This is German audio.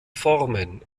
formen